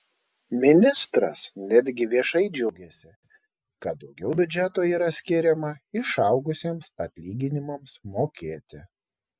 ministras netgi viešai džiaugėsi kad daugiau biudžeto yra skiriama išaugusiems atlyginimams mokėti